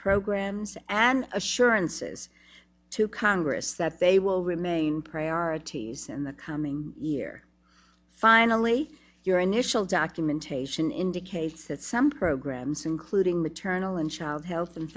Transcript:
programs and assurances to congress that they will remain priorities in the coming year finally your initial documentation indicates that some programs including maternal and child health and